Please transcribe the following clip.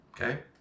okay